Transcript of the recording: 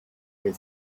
near